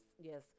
yes